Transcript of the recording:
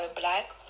black